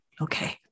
Okay